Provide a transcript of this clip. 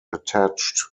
attached